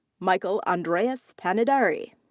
michael andreas tandiary.